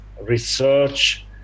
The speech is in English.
research